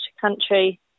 country